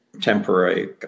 temporary